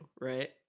right